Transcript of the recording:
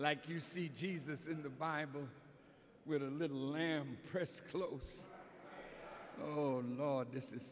like you see jesus in the bible with a little lamb pressed close no nor this is